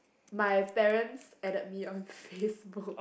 my parents added me on Facebook